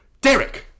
Derek